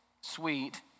sweet